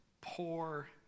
poor